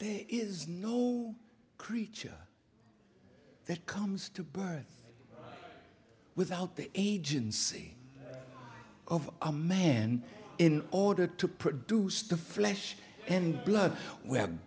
there is no creature that comes to birth without the agency of a man in order to produce the flesh and blood w